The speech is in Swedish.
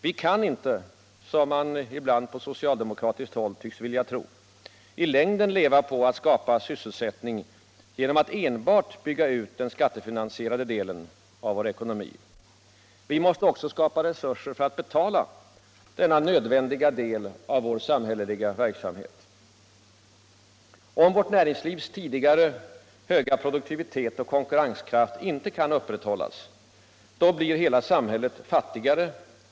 Vi kan inte — som man ibland på socialdemokratiskt håll tyckts vilja tro — i längden leva på att skapa sysselsättning genom att enbart bygga ut den skattefinansierade delen av vår ekonomi. Vi måste också skapa resurser för att betala denna nödvändiga del av vår samhälleliga verksamhet. Om vårt näringslivs tidigare produktivitet och konkurrenskraft inte kan upprätthållas, då blir hela samhället fattigare.